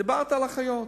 דיברת על אחיות,